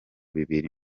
bibiri